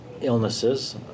illnesses